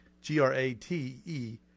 G-R-A-T-E